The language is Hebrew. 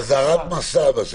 אזהרת מסע.